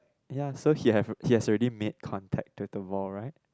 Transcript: ya so he have he has already made contacted the ball right